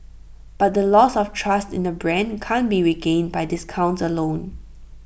but the loss of trust in the brand can't be regained by discounts alone